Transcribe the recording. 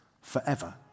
forever